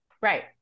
Right